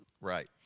Right